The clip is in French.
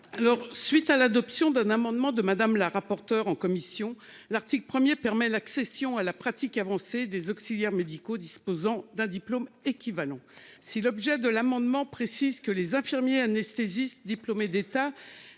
suite à l'adoption d'un amendement de Madame la rapporteure en commission l'article 1er permet l'accession à la pratique avancée des auxiliaires médicaux disposant d'un diplôme équivalent si l'objet de l'amendement précise que les infirmiers anesthésistes diplômés d'État